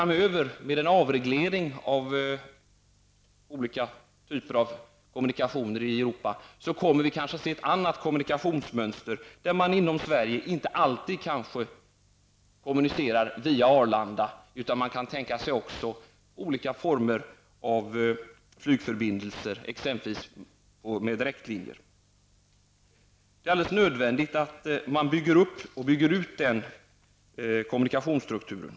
Med en framtida avreglering av olika typer av kommunikationer i Europa kommer vi kanske att se ett annat kommunikationsmönster, där man inom Sverige kanske inte alltid kommunicerar via Arlanda utan där man kan tänka sig olika former av flygförbindelser, exempelvis med direktlinjer. Det är alldeles nödvändigt att man bygger upp och bygger ut den kommunikationsstrukturen.